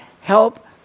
help